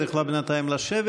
את יכולה בינתיים לשבת.